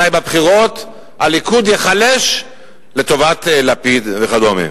הליכוד ייחלש לטובת לפיד וכדומה.